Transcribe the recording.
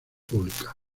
públicas